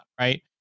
right